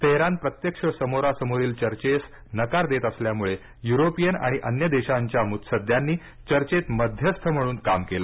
Tehran प्रत्यक्ष समोरासमोरील चर्घेस नकार देत असल्यामुळे युरोपियन आणि अन्य देशांच्या मुत्सद्यांनी चर्वेत मध्यस्थ म्हणून काम केलं